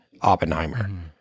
Oppenheimer